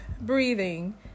breathing